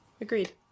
Agreed